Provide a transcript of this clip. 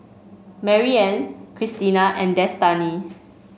Maryann Christina and Destany